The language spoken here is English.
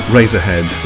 Razorhead